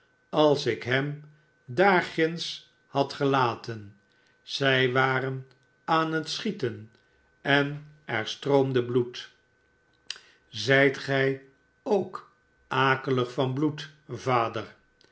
als ik hem daar ginds had gelaten zij waren aan het schieten en er stroomde bloed zijt gij k akelig van bloed vader